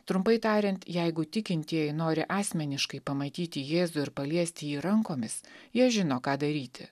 trumpai tariant jeigu tikintieji nori asmeniškai pamatyti jėzų ir paliesti jį rankomis jie žino ką daryti